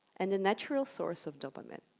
and a natural source of dopamine,